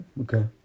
okay